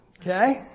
okay